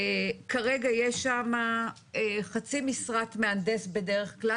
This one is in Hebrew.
כרגע יש שם חצי משרת מהנדס בדרך כלל